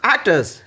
Actors